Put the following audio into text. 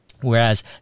whereas